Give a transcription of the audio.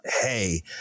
hey